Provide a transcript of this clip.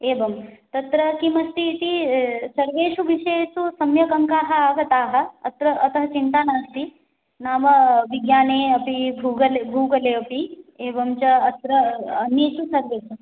एवं तत्र किमस्ति इति सर्वेषु विषयेषु सम्यक् अङ्काः आगताः अत्र अतः चिन्ता नास्ति नाम विज्ञाने अपि भूगले भूगोले अपि एवञ्च अत्र अन्येषु सर्वेषु